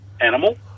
animal